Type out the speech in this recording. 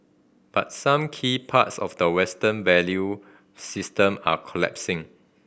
but some key parts of the Western value system are collapsing